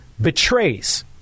betrays